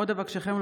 עוד אבקש להודיעכם,